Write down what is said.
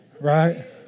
right